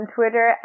Twitter